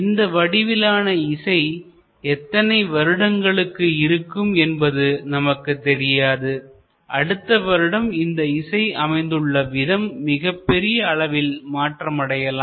இந்த வடிவிலான இசை எத்தனை வருடங்களுக்கு இருக்கும் என்பது நமக்குத் தெரியாது அடுத்த வருடம் இந்த இசை அமைந்துள்ள விதம் மிகப்பெரிய அளவில் மாற்றம் அடையலாம்